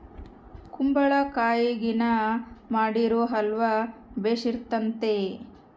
ಕುಂಬಳಕಾಯಗಿನ ಮಾಡಿರೊ ಅಲ್ವ ಬೆರ್ಸಿತತೆ